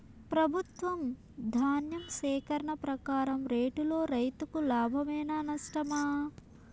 ప్రభుత్వం ధాన్య సేకరణ ప్రకారం రేటులో రైతుకు లాభమేనా నష్టమా?